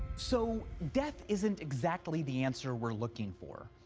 so death isn't exactly the answer we're looking for.